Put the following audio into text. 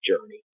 journey